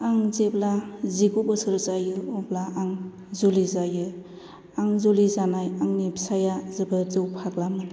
आं जेब्ला जिगु बोसोर जायो अब्ला आं जुलि जायो आं जुलि जानाय आंनि फिसाइया जोबोर जौ फाग्लामोन